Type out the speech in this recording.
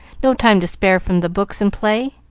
no time to spare from the books and play?